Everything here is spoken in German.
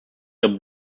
der